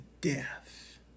death